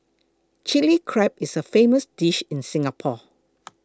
Chilli Crab is a famous dish in Singapore